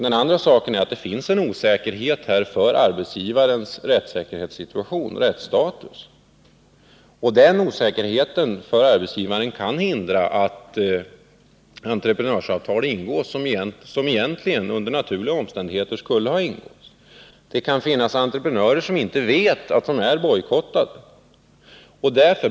Den andra saken är att arbetsgivarens rättsstatus är osäker. Den osäkerheten för arbetsgivaren kan hindra att entreprenöravtal ingås, avtal som egentligen under naturliga omständigheter skulle ha ingåtts. Det kan finnas entreprenörer som inte vet att de är bojkottade.